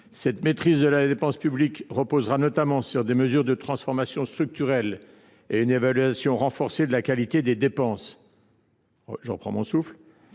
Cette maîtrise de la dépense publique reposera notamment sur des mesures de transformation structurelle et une évaluation renforcée de la qualité des dépenses,